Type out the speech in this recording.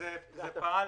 זה היה בצחוק.